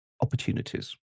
opportunities